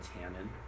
tannin